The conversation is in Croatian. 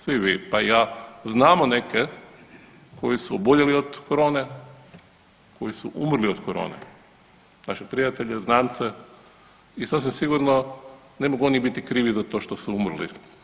Svi vi, pa i ja znamo neke koji su oboljeli od corone, koji su umrli od corone, naše prijatelje, znance i sasvim sigurno ne mogu oni biti krivi za to što su umrli.